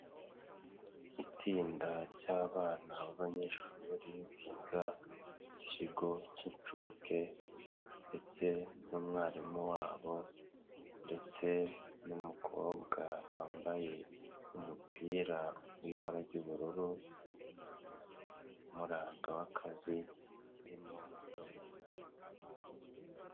Itsinda ry'abana b'abanyeshuri biga mu kigo k'inshuke ndetse n'umwarimu wabo ndetse n'umukobwa wambaye umupira w'ibara ry'ubururu, n'umwambaro umuranga w'akazi, arimo agaburira abana.